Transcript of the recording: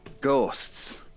ghosts